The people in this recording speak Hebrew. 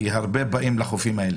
הרבה באים לחופים האלה.